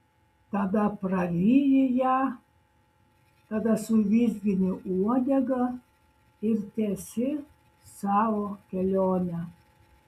tada praryji ją tada suvizgini uodega ir tęsi savo kelionę